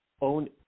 own